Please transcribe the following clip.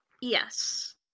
Yes